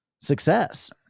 success